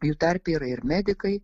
jų tarpe yra ir medikai